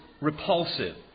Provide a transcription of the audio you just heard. repulsive